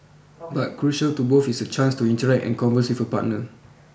but crucial to both is a chance to interact and converse with a partner